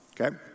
Okay